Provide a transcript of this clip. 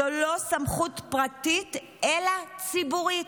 זו לא סמכות פרטית, אלא ציבורית.